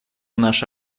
наша